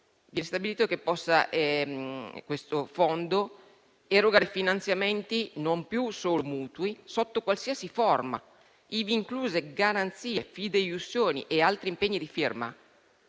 questo Fondo possa erogare finanziamenti - non più solo mutui - sotto qualsiasi forma, ivi inclusi garanzie, fideiussioni e altri impegni di firma;